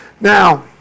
Now